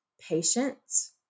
patience